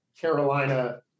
Carolina